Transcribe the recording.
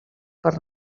per